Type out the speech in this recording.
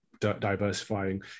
diversifying